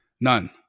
None